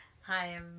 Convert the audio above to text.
Hi